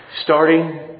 Starting